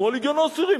אנחנו הלגיון העשירי.